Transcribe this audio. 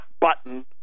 button